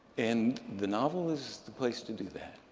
and the novel is the place to do that.